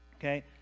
Okay